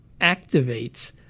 activates